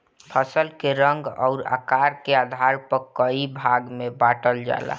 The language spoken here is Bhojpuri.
फसल के रंग अउर आकार के आधार पर कई भाग में बांटल जाला